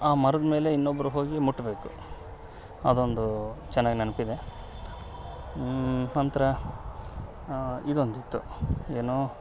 ಆ ಮರದ ಮೇಲೆ ಇನ್ನೊಬ್ರು ಹೋಗಿ ಮುಟ್ಬೇಕು ಅದೊಂದು ಚೆನ್ನಾಗ್ ನೆನಪಿದೆ ನಂತರ ಇದೊಂದಿತ್ತು ಏನೋ